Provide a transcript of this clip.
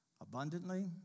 abundantly